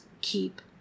keep